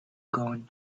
going